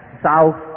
south